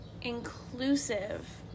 inclusive